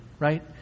Right